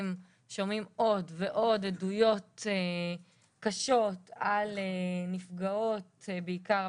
שומעים עוד ועוד עדויות קשות על נפגעות בעיקר,